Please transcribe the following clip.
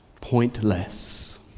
pointless